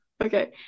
okay